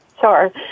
Sure